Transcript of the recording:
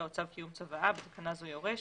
או צו קיום צוואה (בתקנה זו יורש),